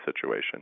situation